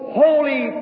holy